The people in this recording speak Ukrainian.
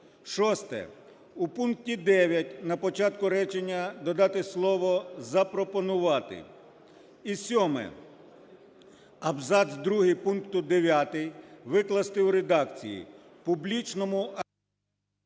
Шосте. У пункті 9 на початку речення додати слово "запропонувати". І сьоме. Абзац другий пункту 9 викласти у редакції: публічному...